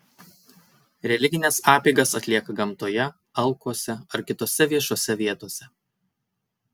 religines apeigas atlieka gamtoje alkuose ar kitose viešose vietose